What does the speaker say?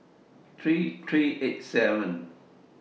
three three eight seven